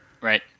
Right